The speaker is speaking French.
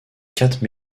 quatre